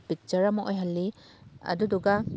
picture ꯑꯃ ꯑꯣꯏꯍꯜꯂꯤ ꯑꯗꯨꯗꯨꯒ